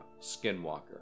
Skinwalker